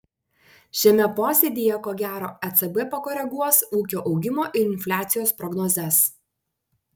šiame posėdyje ko gero ecb pakoreguos ūkio augimo ir infliacijos prognozes